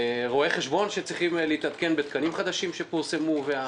רואי חשבון שצריכים להתעדכן בתקנים חדשים שפורסמו.